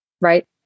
right